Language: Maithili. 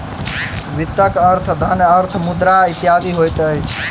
वित्तक अर्थ धन, अर्थ, मुद्रा इत्यादि होइत छै